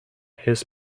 his